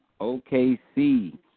OKC